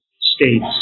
states